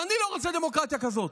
אני לא רוצה דמוקרטיה כזאת.